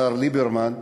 השר ליברמן,